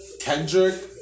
Kendrick